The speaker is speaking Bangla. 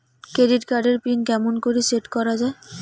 ক্রেডিট কার্ড এর পিন কেমন করি সেট করা য়ায়?